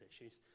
issues